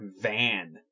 van